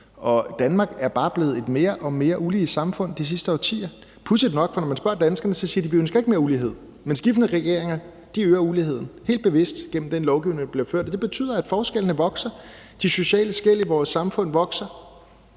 og Danmark er bare blevet et mere og mere ulige samfund de sidste årtier – pudsigt nok, for når man spørger danskerne, siger de, at de ikke ønsker mere ulighed. Men skiftende regeringer øger uligheden helt bevidst gennem den lovgivning, der bliver lavet, og det betyder, at forskellene vokser, og at de sociale skel i vores samfund vokser,